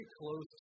close